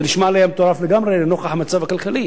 זה נשמע לי מטורף לגמרי לנוכח המצב הכלכלי.